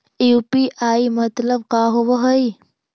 UPI मतलब का होब हइ?